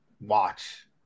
watch